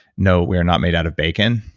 no, we are not made out of bacon,